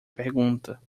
pergunta